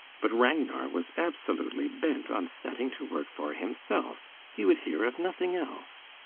but ragnar was absolutely bent on setting to work for himself. he would hear of nothing else.